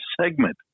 segment